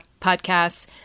podcasts